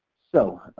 so